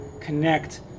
connect